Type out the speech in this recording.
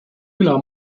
küla